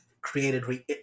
created